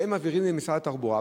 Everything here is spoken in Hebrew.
הם מעבירים למשרד התחבורה,